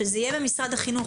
שתהיה במשרד החינוך,